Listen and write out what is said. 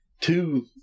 Two